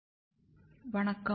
எல்லோருக்கும் வணக்கம்